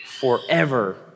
forever